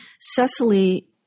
Cecily